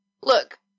look